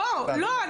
לא, לא.